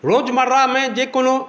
रोजमर्रामे जे कोनो